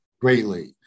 greatly